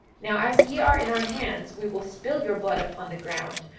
now as ye are in our hands we will spill your blood upon the ground,